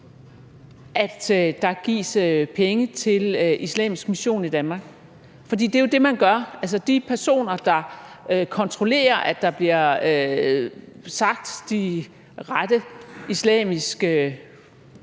at der gives penge til islamisk mission i Danmark? For det er jo det, man gør. Altså, de personer, der kontrollerer, at der bliver sagt de rette islamiske